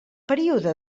període